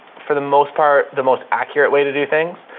for the most part, the most accurate way to do things.